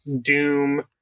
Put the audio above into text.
Doom